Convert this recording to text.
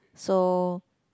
so